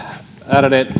ärade